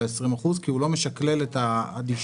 ה-20 אחוזים כי הוא לא משקלל את העדיפות.